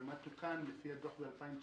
ומה תוקן לפי הדוח ב-2019.